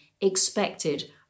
expected